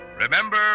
Remember